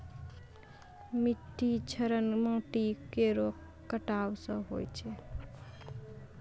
मिट्टी क्षरण माटी केरो कटाव सें होय छै